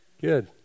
Good